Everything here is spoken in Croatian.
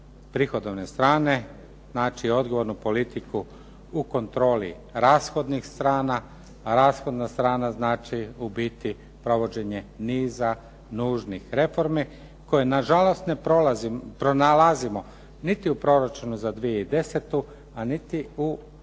prihodovne strane znači odgovornu politiku u kontroli rashodnih strana a rashodna strana znači u biti provođenje niza nužnih reformi koje nažalost ne pronalazimo niti u proračunu za 2010. a niti u